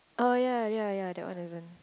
oh ya ya ya that one isn't